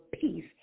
peace